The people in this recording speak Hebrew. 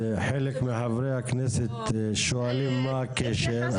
הודא, חלק מחברי הכנסת שואלים מה הקשר?